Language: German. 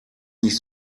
nicht